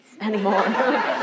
anymore